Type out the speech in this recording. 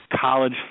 college